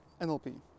NLP